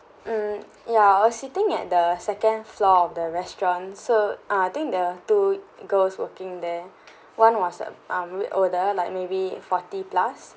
mm ya I was sitting at the second floor of the restaurant so ah think there were two girls working there one was um a bit order like maybe forty plus